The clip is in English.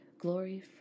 Glory